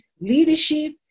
leadership